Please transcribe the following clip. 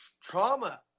trauma